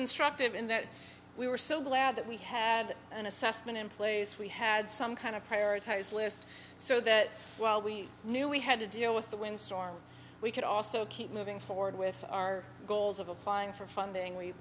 instructive in that we were so glad that we had an assessment in place we had some kind of prioritized list so that we knew we had to deal with the windstorm we could also keep moving forward with our goals of applying for funding we